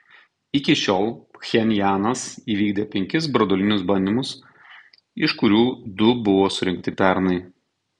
iki šiol pchenjanas įvykdė penkis branduolinius bandymus iš kurių du buvo surengti pernai